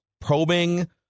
probing